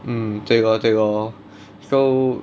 mm 对 lor 对 lor so